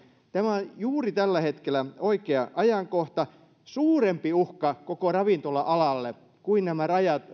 tämä on juuri tällä hetkellä oikea ajankohta suurempi uhka koko ravintola alalle kuin nämä